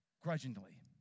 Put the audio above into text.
grudgingly